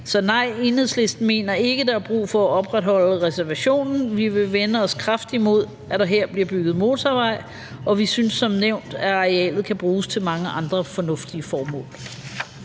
Så Enhedslisten mener ikke, at der er brug for at opretholde reservationen. Vi vil vende os kraftigt mod, at der bliver bygget motorvej her, og vi synes som nævnt, at arealet kan bruges til mange andre fornuftige formål.